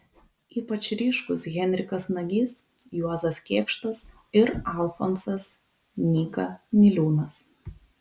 ypač ryškūs henrikas nagys juozas kėkštas ir alfonsas nyka niliūnas